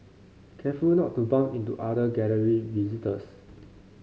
careful not to bump into other Gallery visitors